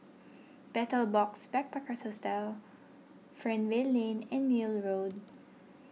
Betel A Box Backpackers Hostel Fernvale Lane and Neil Road